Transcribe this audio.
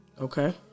Okay